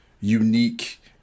unique